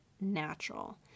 natural